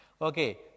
Okay